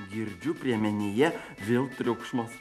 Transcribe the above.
girdžiu priemenėje vėl triukšmas